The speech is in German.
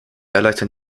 erleichtern